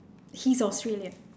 he's australian